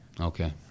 Okay